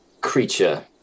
creature